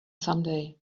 someday